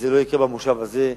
זה לא יקרה במושב הזה.